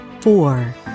four